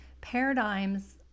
paradigms